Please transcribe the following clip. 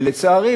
ולצערי,